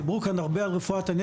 דיברנו על הגדלת מספר הרופאים,